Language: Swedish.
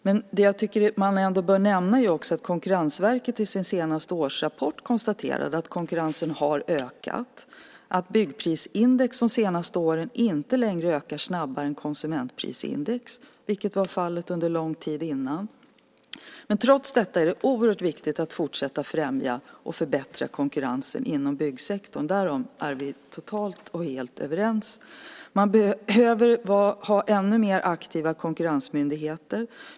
Men i sin senaste årsrapport konstaterade ändå Konkurrensverket att konkurrensen har ökat och att byggprisindex de senaste åren inte har ökat snabbare än konsumentprisindex, vilket var fallet under lång tid innan. Trots detta är det dock viktigt att fortsätta främja och förbättra konkurrensen inom byggsektorn. Därom är vi helt överens. Vi behöver ännu aktivare konkurrensmyndigheter.